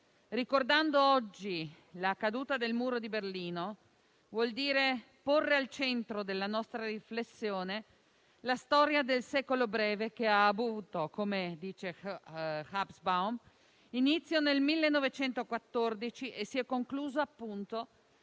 Ricordare oggi la caduta del Muro di Berlino vuol dire porre al centro della nostra riflessione la storia del Secolo breve, che - come dice Hobsbawm - ha avuto inizio nel 1914 e si è concluso, appunto,